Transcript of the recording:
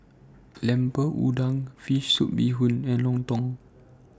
Lemper Udang Fish Soup Bee Hoon and Lontong